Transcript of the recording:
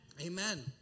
Amen